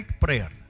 prayer